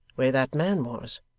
where that man was!